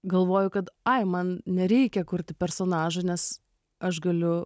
galvoju kad ai man nereikia kurti personažų nes aš galiu